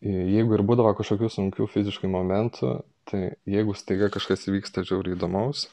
jeigu ir būdavo kažkokių sunkių fiziškai momentų tai jeigu staiga kažkas vyksta žiauriai įdomaus